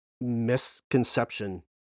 misconception